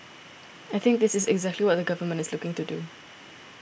I think this is exactly what the government is looking to do